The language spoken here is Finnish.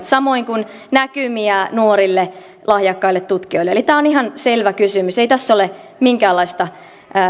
samoin kuin näkymiä nuorille lahjakkaille tutkijoille eli tämä on ihan selvä kysymys ei tässä ole minkäänlaista